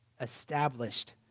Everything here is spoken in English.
established